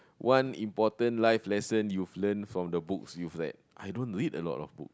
one important life lesson you've learnt from the books you've read I don't read a lot of book